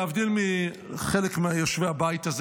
להבדיל מחלק מיושבי הבית הזה,